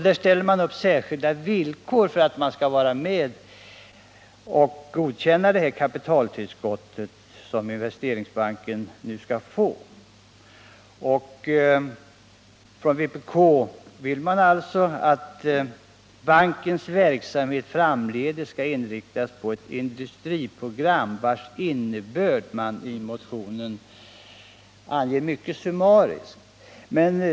Där ställer man upp särskilda villkor för att man skall godkänna det kapitaltillskott som Investeringsbanken nu skall få. Från vpk vill man alltså att bankens verksamhet framdeles skall inriktas på ett industriprogram, vars innebörd man i motionen anger mycket summariskt.